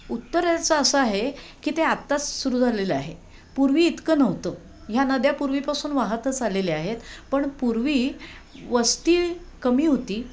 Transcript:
उत्तर याचं असं आहे की ते आत्ताच सुरू झालेलं आहे पूर्वी इतकं नव्हतं ह्या नद्या पूर्वीपासून वाहतच आलेल्या आहेत पण पूर्वी वस्ती कमी होती